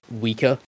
weaker